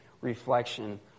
reflection